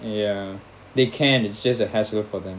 ya they can it's just a hassle for them